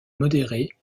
modérée